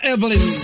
Evelyn